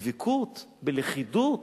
בדבקות, בלכידות,